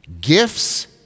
gifts